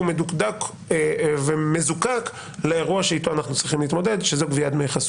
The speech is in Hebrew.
מדוקדק ומזוקק לאירוע שאיתו אנחנו צריכים להתמודד שהוא גביית דמי חסות.